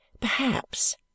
perhaps